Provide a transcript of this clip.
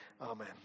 amen